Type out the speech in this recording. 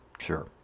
Sure